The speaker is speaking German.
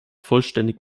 vollständig